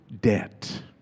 debt